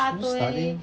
social study